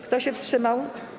Kto się wstrzymał?